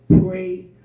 pray